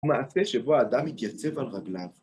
מעשה שבו האדם מתייצב על רגליו.